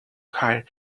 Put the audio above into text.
hire